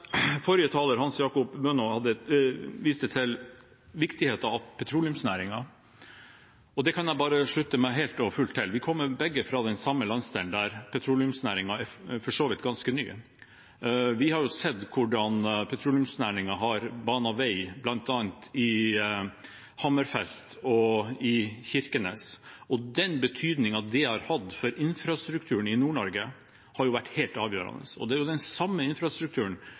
Forrige taler, Hans-Jacob Bønå, viste til viktigheten av petroleumsnæringen, og det kan jeg bare slutte meg helt og fullt til. Vi kommer begge fra den samme landsdelen, der petroleumsnæringen for så vidt er ganske ny. Vi har sett hvordan petroleumsnæringen har banet vei, bl.a. i Hammerfest og i Kirkenes, og den betydningen det har hatt for infrastrukturen i Nord-Norge, har vært helt avgjørende. Og det er jo den samme infrastrukturen